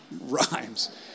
rhymes